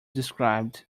described